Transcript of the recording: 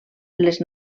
les